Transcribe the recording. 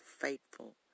faithful